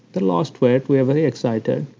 they lost weight we are very excited,